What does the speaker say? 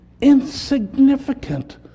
insignificant